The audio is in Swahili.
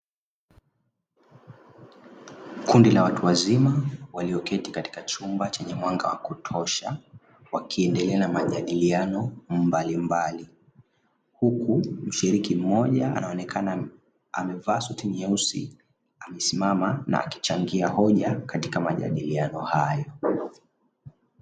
Kundi la watu wazima walioketi katika chumba chenye mwanga wa kutosha, wakiendelea na majadiliano mbalimbali. Huku mshiriki mmoja akionekana amevaa suti nyeusi amesimama na akichangia hoja katika majadiliano hayo.